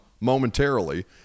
momentarily